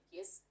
Yes